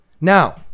Now